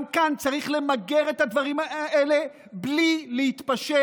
גם כאן צריך למגר את הדברים האלה בלי להתפשר,